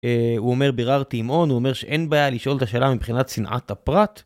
הוא אומר ברר תמעון, הוא אומר שאין בעיה לשאול את השאלה מבחינת צנעת הפרט.